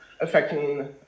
affecting